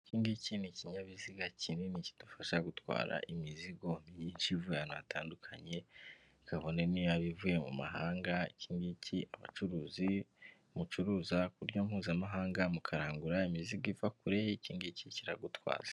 Ikingiki ni ikinyabiziga kinini kidufasha gutwara imizigo myinshi i vuba ahantu hatandukanye kabone niyo yaba ivuye mu mahangagiki abacuruzi mucuruzarya mpuzamahanga mu mukarangura imizigo iva kurekingiki kigutwaza.